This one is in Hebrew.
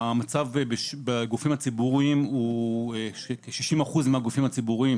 המצב בגופים הציבוריים הוא שכ-60% מהגופים הציבוריים,